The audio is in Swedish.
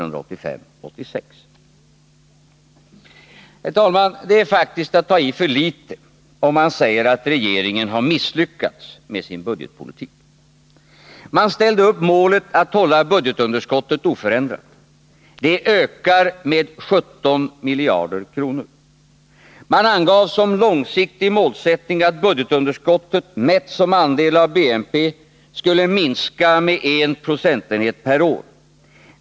Herr talman! Det är faktiskt att ta i för litet, om man säger att regeringen har misslyckats med sin budgetpolitik. Man ställde upp målet att hålla budgetunderskottet oförändrat. Det ökar med 17 miljarder kronor. Man angav som långsiktig målsättning att budgetunderskottet mätt som andel av BNP skulle minska med en procentenhet per år.